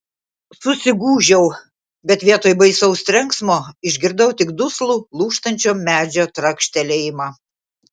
susigūžiau bet vietoj baisaus trenksmo išgirdau tik duslų lūžtančio medžio trakštelėjimą